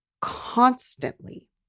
constantly